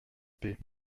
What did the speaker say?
pet